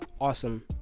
awesome